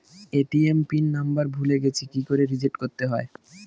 ATM PIN number ভুলে গেছি কি করে রিসেট করতে হয়?